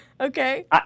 Okay